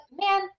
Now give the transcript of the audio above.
man